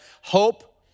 hope